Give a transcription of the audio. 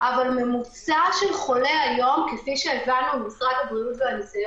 של חולים כפי שהם נמסרים